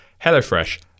HelloFresh